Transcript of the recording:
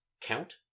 count